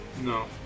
No